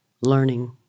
learning